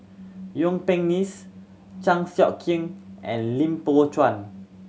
Yuen Peng Neice Chan Sek Keong and Lim Poh Chuan